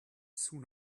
soon